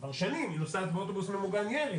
כבר שנים היא נוסעת באוטובוס ממוגן ירי,